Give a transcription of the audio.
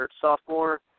sophomore